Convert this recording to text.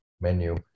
menu